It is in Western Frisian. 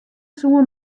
soe